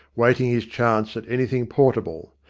wait ing his chance at anything portable.